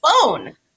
phone